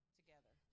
together